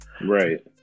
Right